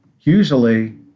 usually